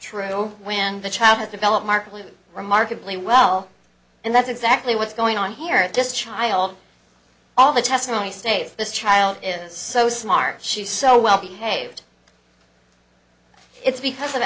true when the child has developed markets remarkably well and that's exactly what's going on here just child all the testimony states this child is so smart she's so well behaved it's because of